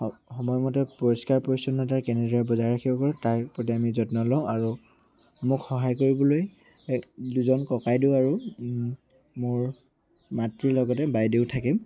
সময়মতে পৰিষ্কাৰ পৰিচ্ছন্নতাৰ কেনেদৰে বজাই ৰাখিব পাৰ তাৰ প্ৰতি আমি যত্ন লওঁ আৰু মোক সহায় কৰিবলৈ দুজন ককাইদেউ আৰু মোৰ মাতৃ লগতে বাইদেউ থাকে